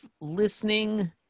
listening